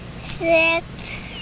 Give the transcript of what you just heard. six